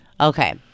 Okay